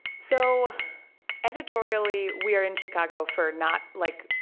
so editorially, we are in chicago for not, like,